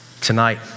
Tonight